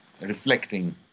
reflecting